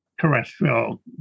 terrestrial